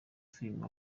filime